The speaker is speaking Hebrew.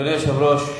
אדוני היושב-ראש,